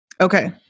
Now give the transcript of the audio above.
Okay